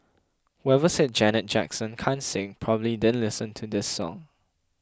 whoever said Janet Jackson can't sing probably didn't listen to this song